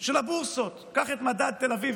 של הבורסות, קח את מדד תל אביב